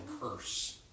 curse